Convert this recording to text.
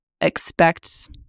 expect